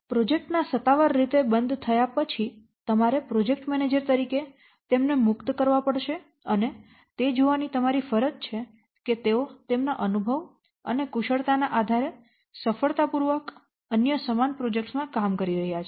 project ના સત્તાવાર રીતે બંધ થયા પછી તમારે પ્રોજેક્ટ મેનેજર તરીકે તેમને મુક્ત કરવા પડશે અને તે જોવાની તમારી ફરજ છે કે તેઓ તેમના અનુભવ અને કુશળતા ના આધારે સફળતાપૂર્વક અન્ય સમાન પ્રોજેક્ટ્સ માં કામ કરી રહ્યા છે